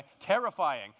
Terrifying